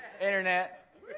internet